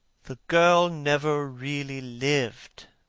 the girl never really lived,